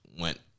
went